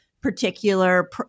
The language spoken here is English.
particular